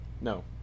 No